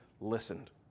listened